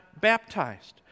baptized